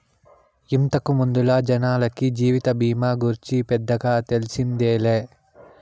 ఇంతకు ముందల జనాలకి జీవిత బీమా గూర్చి పెద్దగా తెల్సిందేలే